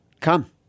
Come